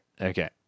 Okay